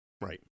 Right